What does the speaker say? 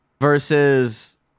versus